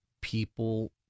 people